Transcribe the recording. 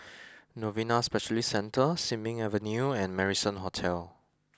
Novena Specialist Centre Sin Ming Avenue and Marrison Hotel